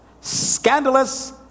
scandalous